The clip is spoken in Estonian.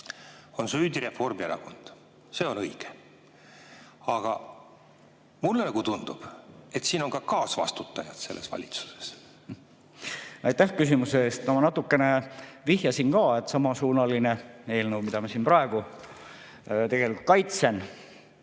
süüdi Reformierakond. See on õige. Aga mulle tundub, et siin on ka kaasvastutajad selles valitsuses. Aitäh küsimuse eest! Ma natukene vihjasin ka, et samasuunalise eelnõu, mida ma siin praegu kaitsen,